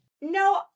No